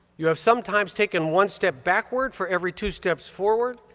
you have sometimes taken one step backward for every two steps forward,